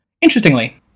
Interestingly